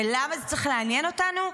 ולמה זה צריך לעניין אותנו?